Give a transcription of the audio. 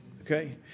Okay